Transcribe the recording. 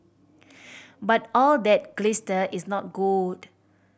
but all that glister is not gold